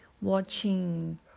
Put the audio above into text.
watching